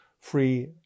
free